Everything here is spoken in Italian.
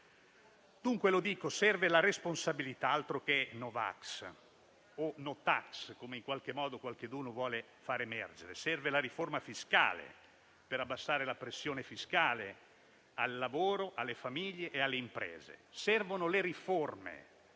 ci rallentano. Serve la responsabilità e non i no vax o no *tax*, come qualcuno vuole far emergere. Serve la riforma fiscale per abbassare la pressione fiscale al lavoro, alle famiglie e alle imprese; servono le riforme.